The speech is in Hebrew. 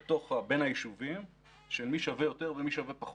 ובין היישובים של מי שווה יותר ומי שווה פחות.